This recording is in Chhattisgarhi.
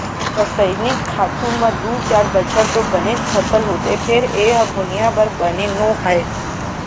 रसइनिक खातू म दू चार बछर तो बनेच फसल होथे फेर ए ह भुइयाँ बर बने नो हय